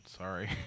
Sorry